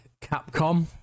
Capcom